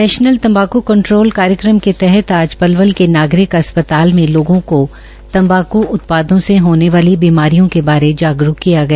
national तंबाकु control कार्यक्रम के तहत आज पलवल के नागरिक अस्पताल मे लोगों को तंबाकू उत्पादों से होन वाली बीमारियों के बारे जागरूकत किया गया